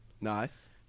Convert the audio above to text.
Nice